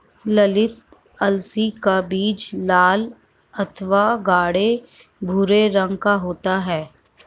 ललीत अलसी का बीज लाल अथवा गाढ़े भूरे रंग का होता है